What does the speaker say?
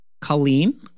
Colleen